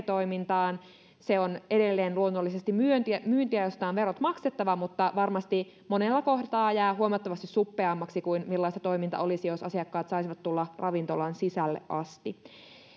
toimintaan se on edelleen luonnollisesti myyntiä myyntiä josta on verot maksettava mutta varmasti monella kohtaa jää huomattavasti suppeammaksi kuin millaista toiminta olisi jos asiakkaat saisivat tulla ravintolaan sisälle asti